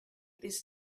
this